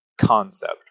concept